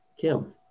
Kim